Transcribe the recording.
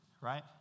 right